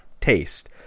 ...taste